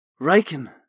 Riken